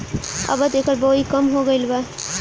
अबत एकर बओई कम हो गईल बा